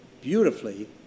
beautifully